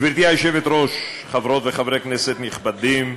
גברתי היושבת-ראש, חברות וחברי כנסת נכבדים,